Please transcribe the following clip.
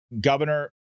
Governor